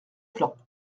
plan